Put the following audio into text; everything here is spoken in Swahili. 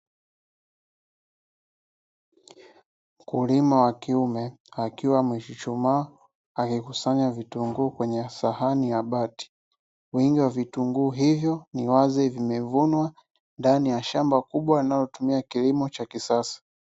Mkulima wa kiume akiwa amechuchumaa akikusanya vitunguu kwenye sahani ya bati, wingi wa vitunguu hivyo ni wazi vimevunwa ndani ya shamba kubwa linalotumia kilimo cha kisasa.